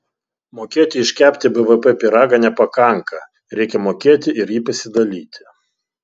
mokėti iškepti bvp pyragą nepakanka reikia mokėti ir jį pasidalyti